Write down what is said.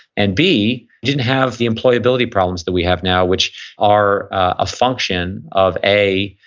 and b, you didn't have the employability problems that we have now which are a function of a,